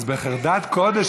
אז בחרדת קודש,